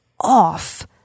off